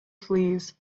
flees